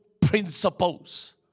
principles